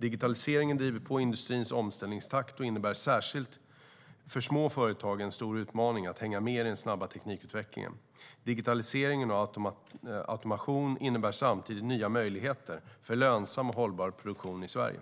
Digitaliseringen driver på industrins omställningstakt, och det innebär särskilt för små företag en stor utmaning att hänga med i den snabba teknikutvecklingen. Digitalisering och automation innebär samtidigt nya möjligheter för lönsam och hållbar produktion i Sverige.